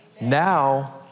Now